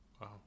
Wow